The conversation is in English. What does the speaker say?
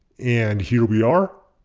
and here we are.